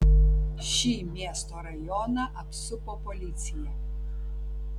šį miesto rajoną apsupo policija